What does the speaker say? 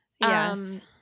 Yes